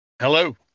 Hello